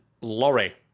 lorry